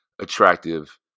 attractive